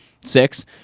six